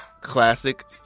classic